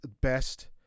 best